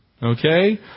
Okay